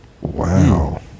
Wow